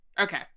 Okay